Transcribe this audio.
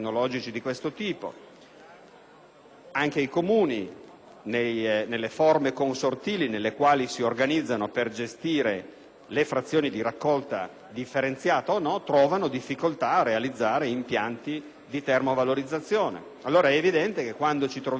Anche i Comuni, nelle forme consortili nelle quali si organizzano per gestire le frazioni di raccolta differenziata o meno, trovano difficoltà a realizzare impianti di termovalorizzazione. È allora evidente che non facciamo proroghe per una brutta